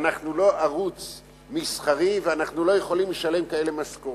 אנחנו לא ערוץ מסחרי ואנחנו לא יכולים לשלם כאלה משכורות,